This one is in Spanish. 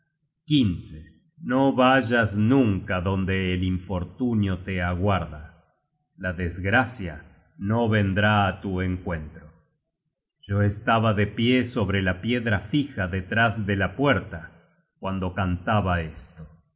mimer no vayas nunca donde el infortunio te aguarda la desgracia no vendrá á tu encuentro yo estaba de pie sobre la piedra fija detrás de la puerta cuando cantaba esto